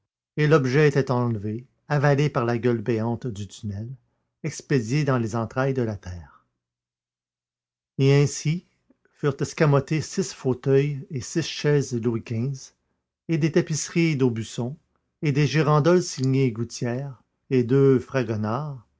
et l'objet était enlevé avalé par la gueule béante du tunnel expédié dans les entrailles de la terre et ainsi furent escamotés six fauteuils et six chaises louis xv et des tapisseries d'aubusson et des girandoles signées gouthière et deux fragonard